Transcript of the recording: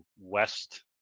west